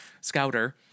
scouter